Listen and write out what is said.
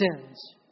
sins